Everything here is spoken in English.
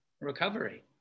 recovery